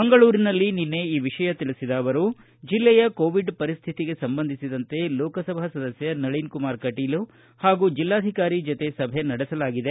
ಮಂಗಳೂರಿನಲ್ಲಿ ನಿನ್ನೆ ಈ ವಿಷಯ ತಿಳಿಬದ ಅವರು ಜಿಲ್ಲೆಯ ಕೋವಿಡ್ ಪರಿಸ್ತಿತಿಗೆ ಸಂಬಂಧಿಸಿದಂತೆ ಲೋಕಸಭಾ ಸದಸ್ಟ ನಳಿನ್ ಕುಮಾರ್ ಹಾಗೂ ಜಿಲ್ಲಾಧಿಕಾರಿ ಜತೆ ಸಭೆ ನಡೆಸಲಾಗಿದೆ